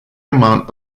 amount